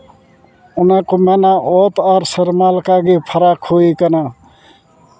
ᱚᱱᱟ ᱠᱚ ᱢᱮᱱᱟ ᱚᱛ ᱟᱨ ᱥᱮᱨᱢᱟ ᱞᱮᱠᱟᱜᱮ ᱯᱷᱟᱨᱟᱠ ᱦᱩᱭ ᱟᱠᱟᱱᱟ